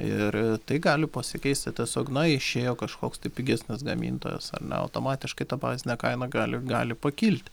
ir tai gali pasikeisti tiesiog na išėjo kažkoks tai pigesnis gamintojas ar ne automatiškai ta bazinė kaina gali gali pakilti